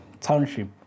Township